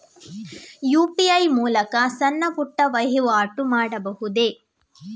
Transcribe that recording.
UPI ಮೂಲಕ ಸಣ್ಣ ಪುಟ್ಟ ವಹಿವಾಟು ಮಾಡಬಹುದೇ?